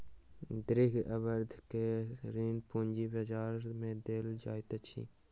दीर्घ अवधि के ऋण पूंजी बजार में देल जाइत अछि